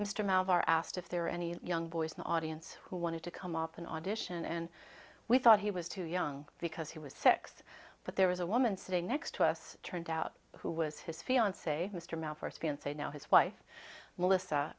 mr malvo are asked if there are any young boys in the audience who wanted to come up and audition and we thought he was too young because he was six but there was a woman sitting next to us turned out who was his fiance mr say now his wife melissa